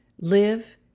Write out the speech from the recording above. live